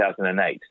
2008